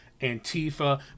Antifa